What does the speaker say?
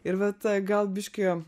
ir va ta gal biškį